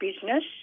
business